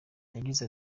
yagize